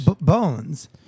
bones